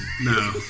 No